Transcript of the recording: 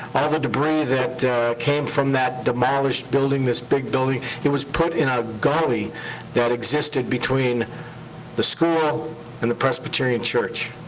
all the debris that came from that demolished building, this big building, it was put in a gully that existed between the school and the presbyterian church.